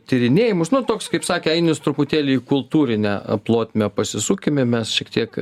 tyrinėjimus nu toks kaip sakė ainius truputėlį į kultūrinę plotmę pasisukime mes šiek tiek